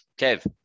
Kev